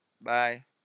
Bye